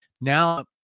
now